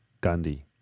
Gandhi